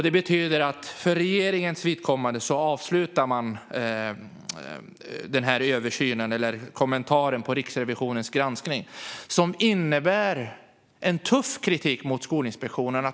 Det betyder att regeringen avslutar kommentaren av Riksrevisionens granskning, som innebär en tuff kritik av Skolinspektionen.